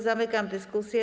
Zamykam dyskusję.